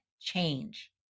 change